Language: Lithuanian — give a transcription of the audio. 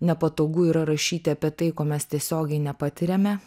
nepatogu yra rašyti apie tai ko mes tiesiogiai nepatiriame